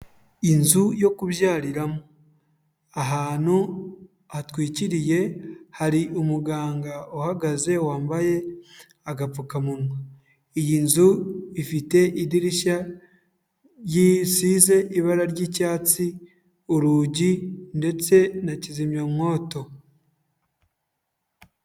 Inzu yo kubyariramo, ahantu hatwikiriye, hari umuganga uhagaze wambaye agapfukamunwa, iyi nzu ifite idirishya risize ibara ry'icyatsi, urugi ndetse na kizimyamwoto.